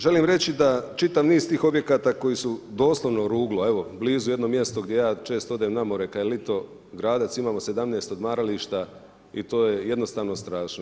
Želim reći, da čitav niz tih objekata, koji su doslovno ruglo, evo, blizu jedno mjesto gdje ja često odem na more, kad je lito, Gradac, imamo 17 odmarališta i to je jednostavno strašno.